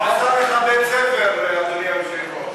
הוא עשה לך בית-ספר, אדוני היושב-ראש.